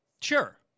Sure